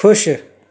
खु़शि